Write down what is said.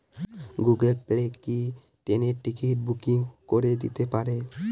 Google Pay কি ট্রেনের ticket booking করে দিতে পারে?